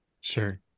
Sure